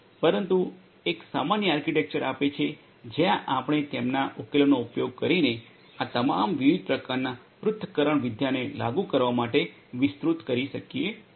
પરંતુ એક સામાન્ય આર્કિટેક્ચર આપે છે જ્યાં આપણે તેમના ઉકેલોનો ઉપયોગ કરીને આ તમામ વિવિધ પ્રકારના પૃથક્કરણવિદ્યા ને લાગુ કરવા માટે વિસ્તૃત કરી શકીએ છીએ